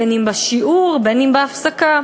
בין אם בשיעור בין אם בהפסקה.